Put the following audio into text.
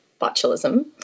botulism